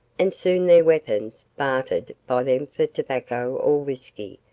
and soon their weapons, bartered by them for tobacco or whisky,